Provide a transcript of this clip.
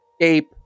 escape